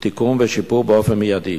לתיקון ושיפור באופן מיידי.